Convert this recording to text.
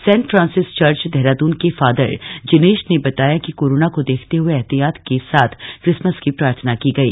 Saint Francis Church Dehradun के Father Jinesh ने बताया कि कोरोना को देखते हुए एहतियात के साथ क्रिसमस की प्रार्थना की गई